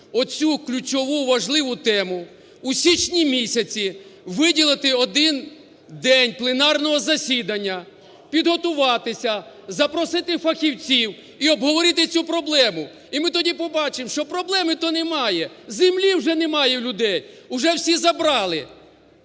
оцю ключову, важливу тему - у січні місяці виділити один день пленарного засідання, підготуватися, запросити фахівців і обговорити цю проблему. І ми тоді побачимо, що проблеми-то немає, землі вже немає в людей, уже всі забрали.